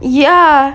ya